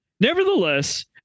Nevertheless